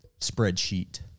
spreadsheet